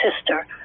sister